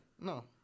no